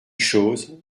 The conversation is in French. chooz